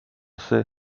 see